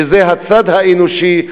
שזה הצד האנושי,